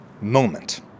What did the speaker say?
moment